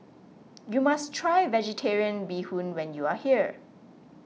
you must try Vegetarian Bee Hoon when you are here